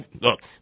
look